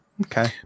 Okay